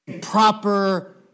proper